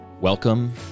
Welcome